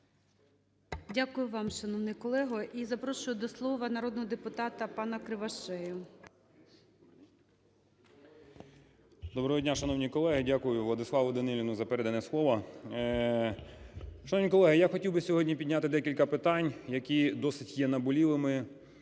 Дякую вам, шановний колега. І запрошую до слова народного депутата пана Кривошею. 13:21:18 КРИВОШЕЯ Г.Г. Доброго дня, шановні колеги! Дякую Владиславу Даніліну за передане слово. Шановні колеги, я хотів би сьогодні підняти декілька питань, які досить є наболілими